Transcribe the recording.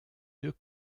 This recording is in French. deux